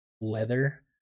leather